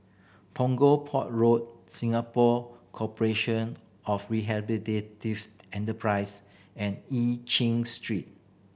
Punggol Port Road Singapore Corporation of Enterprise and E Chin Street